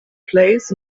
place